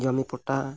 ᱡᱚᱢᱤ ᱯᱚᱴᱟ